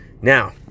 Now